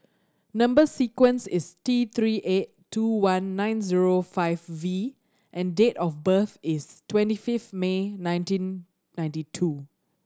number sequence is T Three eight two one nine zero five V and date of birth is twenty fifth May nineteen ninety two